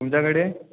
तुमच्याकडे